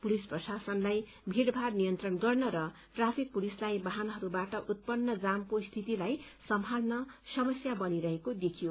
police प्रशासनलाई भीड़भाड़ नियन्त्रण गर्न र ट्राफिक पुलिसलाई वाहनहरूबाट उत्पन्न जामको स्थितिलाई सम्भालन समस्या बनिरहेको देखियो